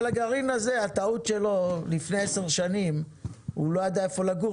אבל הטעות של הגרעין הזה שלפני עשר שנים הוא לא ידע איפה לגור.